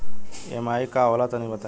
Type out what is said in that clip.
EMI का होला तनि बताई?